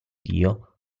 dio